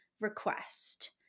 request